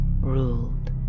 ruled